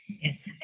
Yes